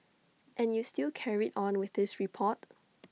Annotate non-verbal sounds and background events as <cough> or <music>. and you still carried on with this report <noise>